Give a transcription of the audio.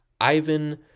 Ivan